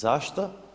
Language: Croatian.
Zašto?